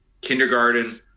kindergarten